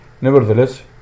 nevertheless